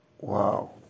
Wow